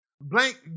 Blank